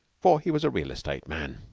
for he was a real-estate man.